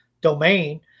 domain